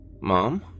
Mom